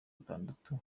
atandatu